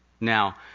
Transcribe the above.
Now